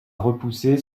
repoussé